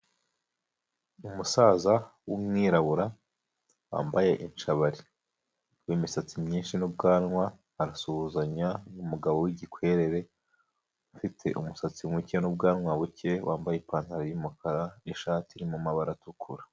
Umusaza w'umwirabura wambaye inshabari w'imisatsi myinshi n'ubwanwa, arasuhuzanya n'umugabo w'igikwerere ufite umusatsi muke n'ubwanwa buke, wambaye ipantaro y'umukara n'ishati iri mu mabara atukura.